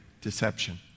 deception